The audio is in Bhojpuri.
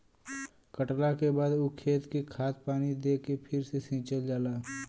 कटला के बाद ऊ खेत के खाद पानी दे के फ़िर से सिंचल जाला